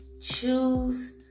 Choose